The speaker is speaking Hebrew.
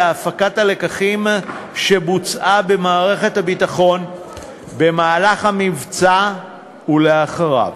להפקת הלקחים שבוצעה במערכת הביטחון במהלך המבצע ולאחריו.